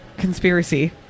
conspiracy